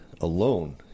alone